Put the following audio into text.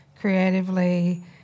creatively